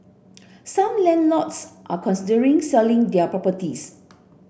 some landlords are considering selling their properties